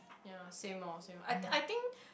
ya same loh same I I think